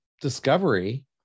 discovery